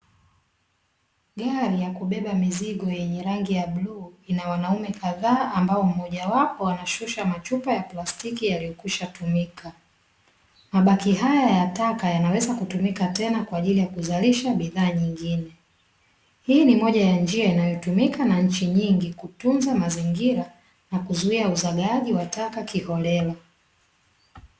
Gari ya kubeba mizigo yenye rangi ya bluu ina wanaume kadhaa ambao mmoja wapo anashusha machupa ya plastiki yaliyokwishatumika. Mabaki haya ya taka yanaweza kutumika tena kwa ajili ya kuzalisha bidhaa nyingine. Hii ni moja ya njia inayotumika na nchi nyingi kutunza mazingira na kuzuia uzagaaji wa taka kiholela.